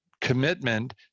commitment